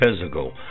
physical